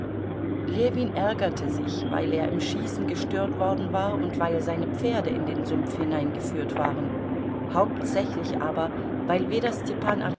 ljewin ärgerte sich weil er im schießen gestört worden war und weil seine pferde in den sumpf hineingeführt waren hauptsächlich aber weil weder stepan